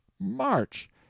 march